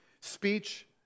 Speech